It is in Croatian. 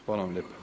Hvala vam lijepa.